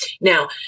Now